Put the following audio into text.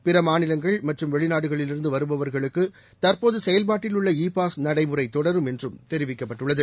பிறமாநிலங்கள் மற்றும் வெளிநாடுகளிலிருந்துவருபவர்களுக்குதற்போதுசெயல்பாட்டில் உள்ள இ பாஸ் நடைமுறைதொடரும் என்றும் தெரிவிக்கப்பட்டுள்ளது